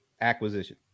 acquisition